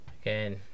again